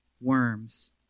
worms